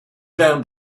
während